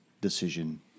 decision